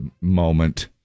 moment